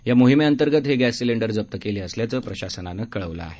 या मोहीमेअंतर्गत हे गॅस सिलेंडर जप्त केले असल्याचं प्रशासनानं कळवलं आहे